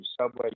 Subway